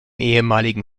ehemaligen